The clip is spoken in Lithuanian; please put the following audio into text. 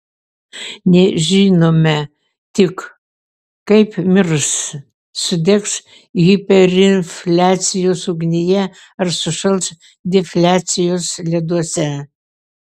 nežinome tik kaip mirs sudegs hiperinfliacijos ugnyje ar sušals defliacijos leduose